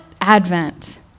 Advent